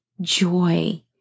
joy